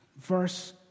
verse